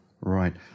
Right